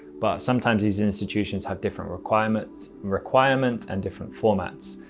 but sometimes these institutions have different requirements requirements and different formats.